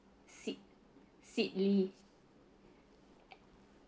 seed seedly